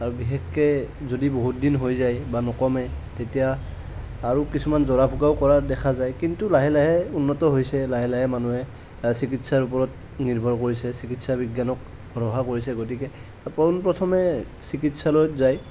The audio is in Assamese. আৰু বিশেষকৈ যদি বহুতদিন হৈ যায় বা নকমে তেতিয়া আৰু কিছুমান জৰা ফুকাও কৰা দেখা যায় কিন্তু লাহে লাহে উন্নত হৈছে লাহে লাহে মানুহে চিকিৎসাৰ ওপৰত নিৰ্ভৰ কৰিছে চিকিৎসা বিজ্ঞানক ভৰষা কৰিছে গতিকে পোন প্ৰথমে চিকিৎসালয়ত যায়